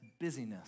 busyness